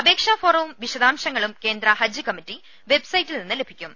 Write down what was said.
അപേക്ഷാ ഫോറവും വിശദാംശങ്ങളും കേന്ദ്ര ഹജ്ജ് കമ്മിറ്റി വെബ് സൈറ്റിൽ നിന്ന് ലഭിക്കും